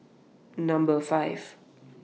Number five